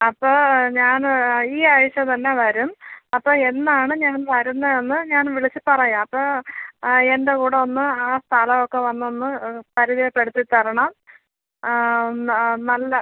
അപ്പോൾ ഞാൻ ഈ ആഴ്ച തന്നെ വരും അപ്പോൾ എന്നാണ് ഞാൻ വരുന്നതെന്ന് ഞാൻ വിളിച്ച് പറയാം അപ്പോൾ ആ എൻ്റെ കൂടെ ഒന്ന് ആ സ്ഥലം ഒക്കെ വന്ന് ഒന്ന് പരിചയപ്പെടുത്തിത്തരണം നല്ല